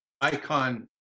icon